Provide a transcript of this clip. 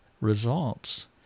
results